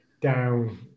down